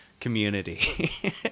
community